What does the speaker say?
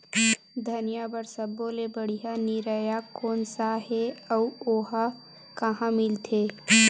धनिया बर सब्बो ले बढ़िया निरैया कोन सा हे आऊ ओहा कहां मिलथे?